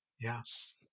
Yes